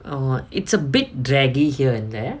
oh it's a bit draggy here and there